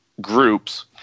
groups